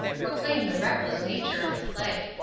proclaim the reckless nature of the play.